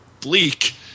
bleak